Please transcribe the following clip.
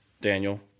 Daniel